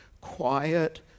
quiet